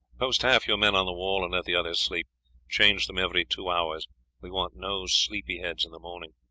post half your men on the wall, and let the others sleep change them every two hours we want no sleepy heads in the morning.